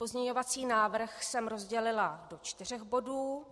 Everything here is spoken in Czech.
Pozměňovací návrh jsem rozdělila do čtyř bodů.